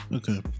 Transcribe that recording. Okay